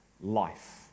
life